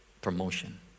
promotion